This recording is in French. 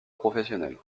professionnel